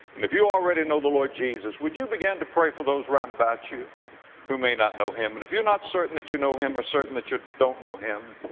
and if you already know the lord jesus, would you begin to pray for those round about you who may not know him? and if you're not certain that you know him or certain that you don't know him,